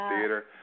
theater